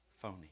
phony